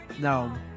No